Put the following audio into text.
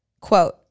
quote